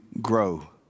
grow